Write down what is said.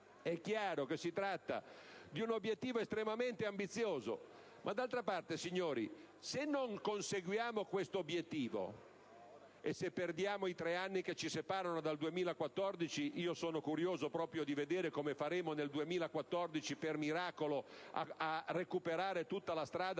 È chiaro che si tratta di un obiettivo estremamente ambizioso; ma d'altra parte, se non conseguiamo questo obiettivo e perdiamo i tre anni che ci separano dal 2014 sono proprio curioso di vedere come faremo nel 2014 - per miracolo - a recuperare tutta la strada